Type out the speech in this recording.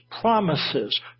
promises